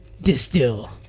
Distill